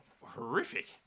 horrific